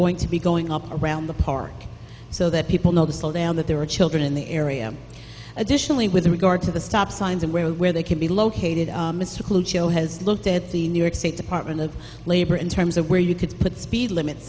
going to be going up around the park so that people know the slowdown that there are children in the area additionally with regard to the stop signs and where where they can be located show has looked at the new york state department of labor in terms of where you could put speed limit